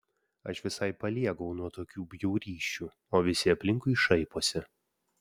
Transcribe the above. aš visai paliegau nuo tokių bjaurysčių o visi aplinkui šaiposi